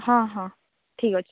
ହଁ ହଁ ଠିକ୍ ଅଛି